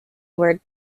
word